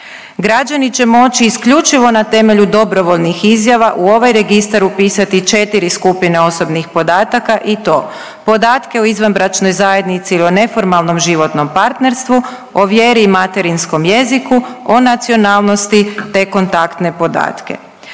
Građani će moći isključivo na temelju dobrovoljnih izjava u ovaj registar upisati 4 skupine osobnih podataka i to podatke o izvanbračnoj zajednici ili o neformalnom životnom partnerstvu, o vjeri i materinskom jeziku, o nacionalnosti, te kontaktne podatke.